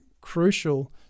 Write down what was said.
crucial